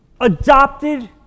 adopted